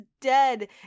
dead